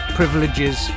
privileges